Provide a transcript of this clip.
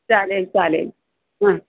चालेल चालेल हां